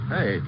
Hey